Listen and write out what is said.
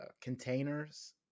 containers